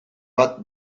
bat